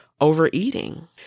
overeating